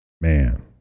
man